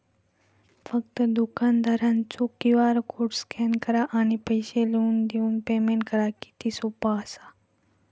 फक्त दुकानदारचो QR code scan करा आणि पैसे लिहून देऊन पेमेंट करा किती सोपा असा